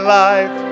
life